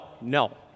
no